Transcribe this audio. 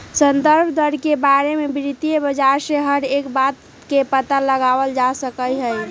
संदर्भ दर के बारे में वित्तीय बाजार से हर एक बात के पता लगावल जा सका हई